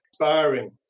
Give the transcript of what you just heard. inspiring